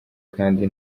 kandi